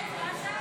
הצבעה.